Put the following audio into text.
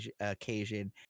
occasion